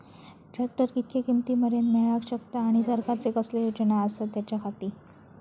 Tractor कितक्या किमती मरेन मेळाक शकता आनी सरकारचे कसले योजना आसत त्याच्याखाती?